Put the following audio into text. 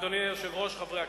אדוני היושב-ראש, חברי הכנסת,